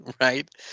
right